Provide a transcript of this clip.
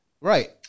Right